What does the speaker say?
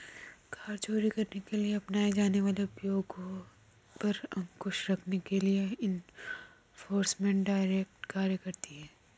कर चोरी करने के लिए अपनाए जाने वाले उपायों पर अंकुश रखने के लिए एनफोर्समेंट डायरेक्टरेट कार्य करती है